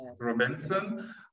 Robinson